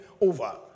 over